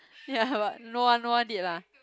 ya but no one no one did lah